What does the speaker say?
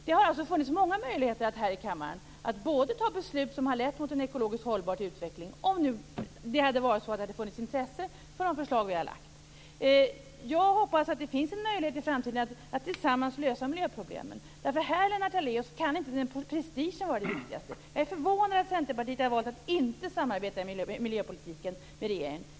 Det har alltså funnits många möjligheter att här i kammaren fatta beslut i riktning mot en ekologiskt hållbar utveckling, om det hade funnits intresse för de förslag som vi har väckt. Jag hoppas att det i framtiden finns en möjlighet att tillsammans lösa miljöproblemen. Här kan inte prestigen, Lennart Daléus, vara det viktigaste. Jag är förvånad över att Centerpartiet har valt att inte samarbeta med regeringen i miljöpolitiken.